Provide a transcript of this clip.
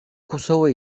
kosova